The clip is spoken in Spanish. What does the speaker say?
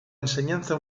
enseñanza